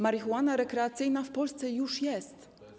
Marihuana rekreacyjna w Polsce już jest.